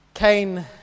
Cain